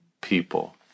people